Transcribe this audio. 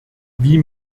wie